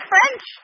French